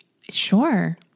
Sure